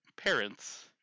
parents